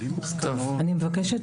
אני מבקשת